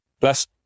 Plus